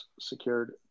secured